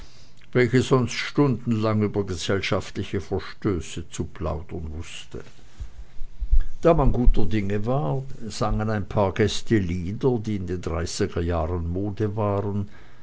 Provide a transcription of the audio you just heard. welche sonst stundenlang über gesellschaftliche verstöße zu plaudern wußte da man guter dinge war sangen ein paar gäste lieder die in den dreißiger jahren mode waren